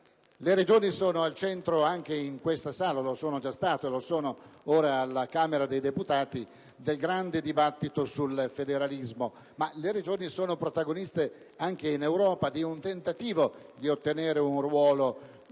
Le Regioni sono al centro (al Senato lo sono già state e lo sono ora alla Camera dei deputati) del grande dibattito sul federalismo, ma esse sono protagoniste anche in Europa di un tentativo di ottenere un ruolo di